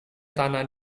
tanah